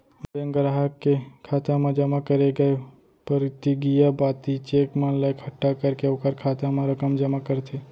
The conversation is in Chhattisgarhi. बेंक गराहक के खाता म जमा करे गय परतिगिया पाती, चेक मन ला एकट्ठा करके ओकर खाता म रकम जमा करथे